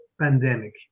pandemic